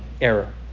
error